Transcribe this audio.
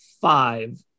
five